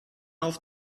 auf